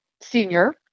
senior